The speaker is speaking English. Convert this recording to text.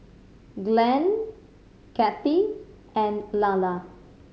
Glenn Kathey and Lalla